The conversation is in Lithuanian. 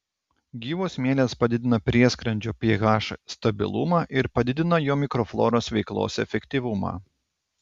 gyvos mielės padidina prieskrandžio ph stabilumą ir padidina jo mikrofloros veiklos efektyvumą